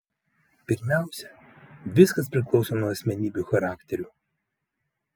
pirmiausia viskas priklauso nuo asmenybių charakterių